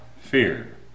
fear